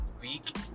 week